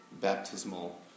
baptismal